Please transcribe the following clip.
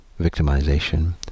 victimization